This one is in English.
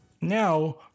Now